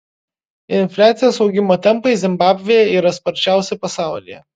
infliacijos augimo tempai zimbabvėje yra sparčiausi pasaulyje